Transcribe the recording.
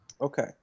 Okay